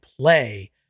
play